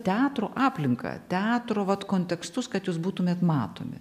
teatro aplinką teatro vat kontekstus kad jūs būtumėt matomi